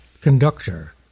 conductor